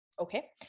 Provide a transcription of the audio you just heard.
okay